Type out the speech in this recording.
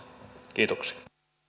kiitoksia